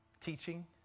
Teaching